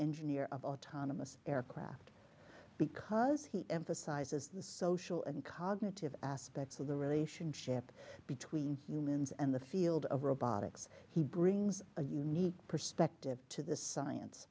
engineer of autonomous aircraft because he emphasizes the social and cognitive aspects of the relationship between humans and the field of robotics he brings a unique perspective to the science